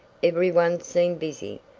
every one seemed busy.